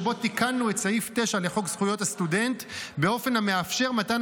שבו תיקנו את סעיף 9 לחוק זכויות הסטודנט באופן המאפשר מתן